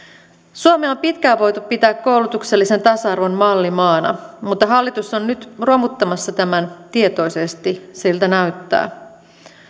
suomea on pitkään voitu pitää koulutuksellisen tasa arvon mallimaana mutta hallitus on nyt romuttamassa tämän tietoisesti siltä näyttää